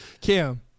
Cam